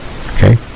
Okay